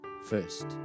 first